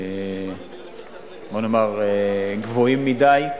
בוא נאמר, גבוהים מדי,